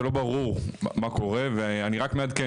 שלא ברור מה קורה ואני רק מעדכן,